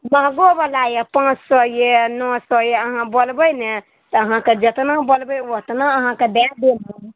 महगो बला यऽ पाँच सए यऽ नओ सए यऽ अहाँ बोलबै नहि तऽ अहाँके जतना बोलबै ओतना अहाँके दए देब हम